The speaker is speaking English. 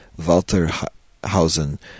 Walterhausen